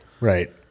right